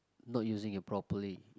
not using it properly